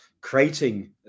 creating